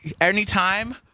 anytime